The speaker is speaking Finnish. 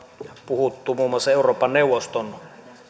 puhuttu muun muassa euroopan neuvoston